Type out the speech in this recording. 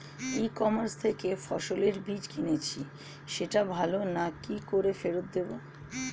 ই commerce থেকে ফসলের বীজ কিনেছি সেটা ভালো না কি করে ফেরত দেব?